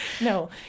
No